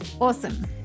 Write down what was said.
Awesome